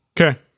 Okay